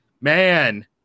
man